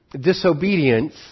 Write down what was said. disobedience